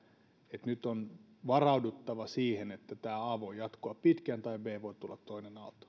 että nyt on varauduttava siihen että tämä a voi jatkua pitkään tai b voi tulla toinen aalto